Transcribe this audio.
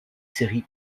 séries